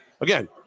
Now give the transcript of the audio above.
again